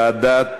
לוועדת העבודה,